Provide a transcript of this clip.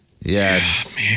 Yes